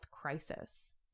crisis